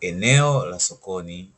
Eneo la sokoni